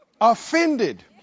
offended